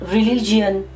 Religion